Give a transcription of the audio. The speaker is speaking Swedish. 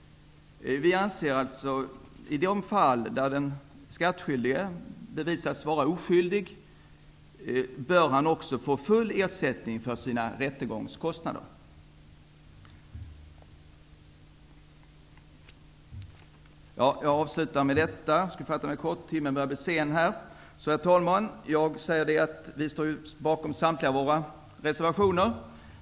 Vi anser att i det fall den skattskyldige bevisats vara oskyldig bör han få full ersättning för sina rättegångskostnader. Jag avslutar med detta, eftersom timmen nu börjar bli sen. Herr talman! Vi står bakom samtliga våra reservationer.